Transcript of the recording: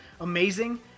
amazing